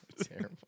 terrible